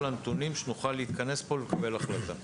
הנתונים כך שנוכל להתכנס פה כדי לקבל החלטה?